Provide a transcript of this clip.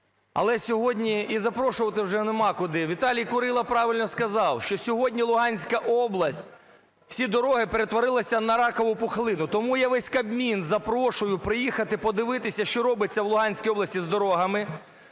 Але сьогодні і запрошувати вже нема куди. Віталій Курило правильно сказав, що сьогодні Луганська область – всі дороги перетворилися на ракову пухлину. Тому я весь Кабмін запрошую приїхати, подивитися, що робиться в Луганській області з дорогами,